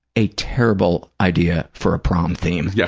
a terrible idea for a prom theme. yeah